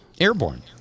Airborne